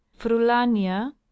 frulania